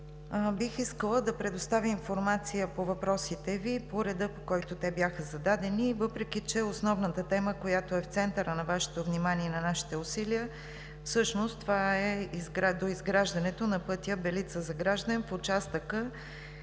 бих искала да предоставя информация по въпросите Ви по реда, по който те бяха зададени, въпреки че основната тема, която е в центъра на Вашето внимание и на нашите усилия, е доизграждането на пътя Белица – Загражден в участъка